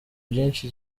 bwinshi